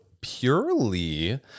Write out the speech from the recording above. purely